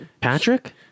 Patrick